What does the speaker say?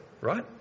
right